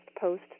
post